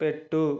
పెట్టు